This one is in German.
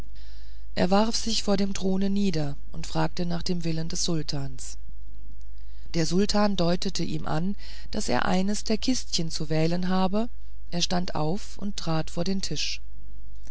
er warf sich vor dem throne nieder und fragte nach dem willen des sultans der sultan deutete ihm an daß er eines der kistchen zu wählen habe er stand auf und trat vor den tisch